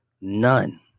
None